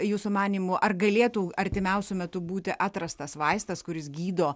jūsų manymu ar galėtų artimiausiu metu būti atrastas vaistas kuris gydo